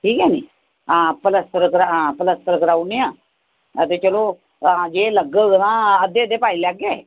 ठीक ऐ नी हां प्लस्तर प्लस्तर कराउने आं अदे चलो जे लगग हां अद्धे अद्धे पाई लैगे